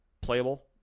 playable